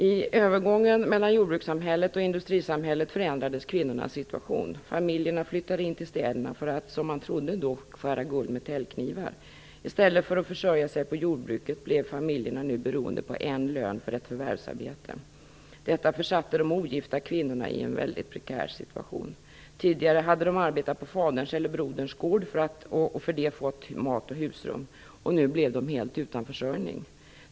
I övergången mellan jordbrukssamhället och industrisamhället förändrades kvinnornas situation. Familjerna flyttade in till städerna för att, som man trodde då, skära guld med täljknivar. I stället för att försörja sig på jordbruket blev familjerna nu beroende av en lön från ett förvärvsarbete. Detta försatte de ogifta kvinnorna i en väldigt prekär situation. Tidigare hade de arbetat på faderns eller broderns gård och för det fått mat och husrum. Nu blev de helt utan försörjning.